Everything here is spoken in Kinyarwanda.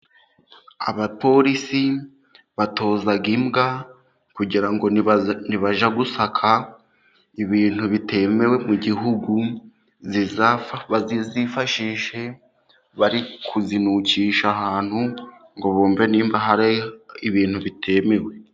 Abapolisi batoza imbwa, kugira ngo nibajya gusaka ibintu bitemewe mu gihugu, bazifashishe bari kuzinukisha ahantu ngo bumve niba harira ibintu bitemewe.